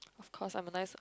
cause I'm a nice